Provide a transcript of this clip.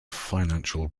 financial